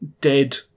dead